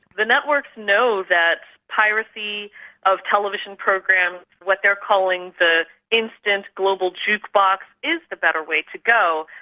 the networks know that piracy of television programs, what they're calling the instant global juke box is the better way to go,